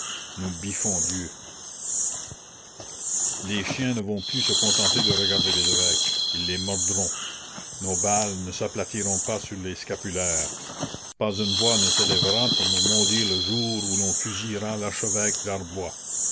nous biffons dieu les chiens ne vont plus se contenter de regarder les évêques ils les mordront nos balles ne s'aplatiront pas sur les scapulaires pas une voix ne s'élèvera pour nous maudire le jour où l'on fusillera l'archevêque darbois